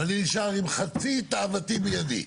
ואני נשאר עם חצי תאוותי בידי.